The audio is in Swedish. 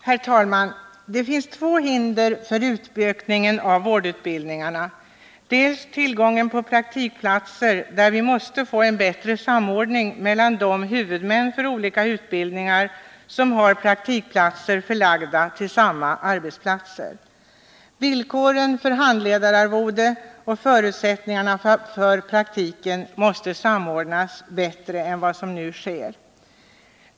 Herr talman! Det finns två hinder för en utökning av vårdutbildningarna. Det första hindret är tillgången på praktikplatser, där vi måste få en bättre samordning mellan de huvudmän för olika utbildningar som har praktikplatser förlagda till samma arbetsplatser. Villkoren för handledararvode och förutsättningarna för praktiken måste också samordnas bättre än vad som nu sker.